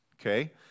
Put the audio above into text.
okay